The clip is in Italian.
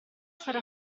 stare